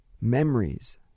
Memories